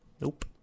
Nope